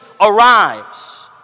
arrives